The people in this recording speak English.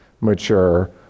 mature